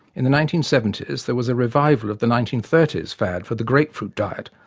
in the nineteen seventy s there was a revival of the nineteen thirty s fad for the grapefruit diet,